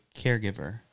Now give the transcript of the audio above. caregiver